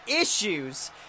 issues